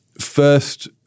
first